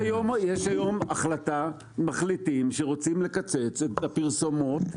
יש היום החלטת מחליטים שרוצים לקצץ את הפרסומות.